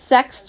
sex